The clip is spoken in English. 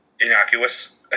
innocuous